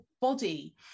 body